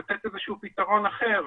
לתת איזשהו פתרון אחר,